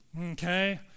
Okay